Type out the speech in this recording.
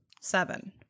seven